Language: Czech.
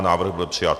Návrh byl přijat.